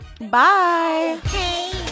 Bye